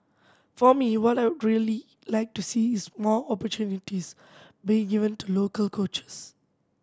for me what I really like to see is more opportunities being given to local coaches